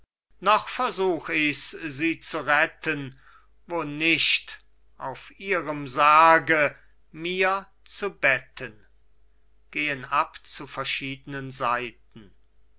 noch versuch ich's sie zu retten wo nicht auf ihrem sarge mir zu betten gehen ab zu verschiedenen seiten